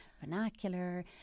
vernacular